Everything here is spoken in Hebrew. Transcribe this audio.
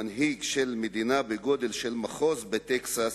מנהיג של מדינה בגודל של מחוז בטקסס,